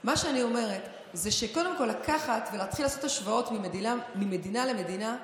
מה שאני אומרת זה שלקחת ולהתחיל לעשות השוואות ממדינה למדינה,